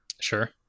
Sure